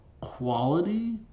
quality